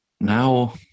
Now